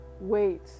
wait